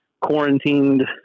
quarantined